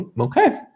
Okay